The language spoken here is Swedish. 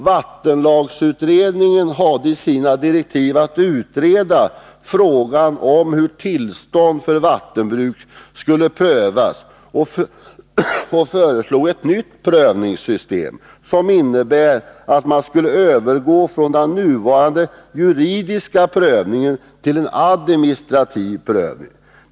Vattenlagsutredningen hade enligt sina direktiv att utreda frågan om hur tillstånd för vattenbruk skulle prövas och föreslog ett nytt prövningssystem, som innebär att man skulle övergå från den nuvarande juridiska prövningen till en administrativ prövning.